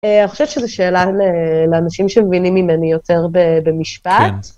אני חושבת שזו שאלה לאנשים שמבינים ממני יותר במשפט.